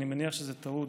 אני מניח שזה טעות,